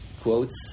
quotes